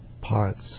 parts